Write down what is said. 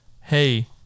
Hey